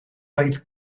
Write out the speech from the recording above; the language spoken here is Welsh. oedd